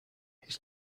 his